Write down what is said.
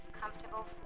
comfortable